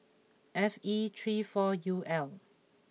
F E three four U L